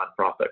nonprofit